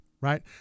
right